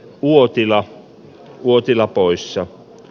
uotila uotila pois ja